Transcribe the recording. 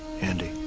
Andy